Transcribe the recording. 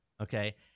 okay